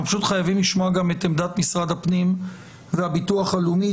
אנחנו פשוט חייבים לשמוע גם את עמדת משרד הפנים והביטוח הלאומי.